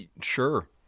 Sure